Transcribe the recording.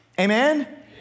Amen